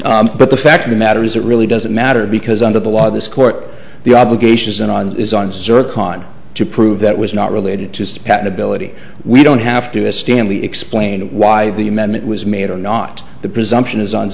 but the fact of the matter is it really doesn't matter because under the law this court the obligations and on is on circuit on to prove that was not related to patent ability we don't have to as stanley explained why the amendment was made or not the presumption is on